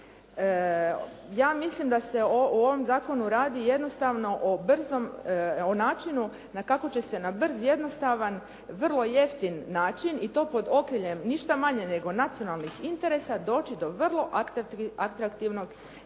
Ja mislim da se u ovom zakonu radi jednostavno o brzom, o načinu kako će se na brz, jednostavan, vrlo jeftin način i to pod okriljem ništa manje nego nacionalnih interesa doći do vrlo atraktivnog